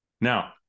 Now